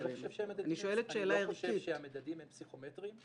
אני לא חושב שהממדים הם פסיכומטריים.